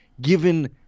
given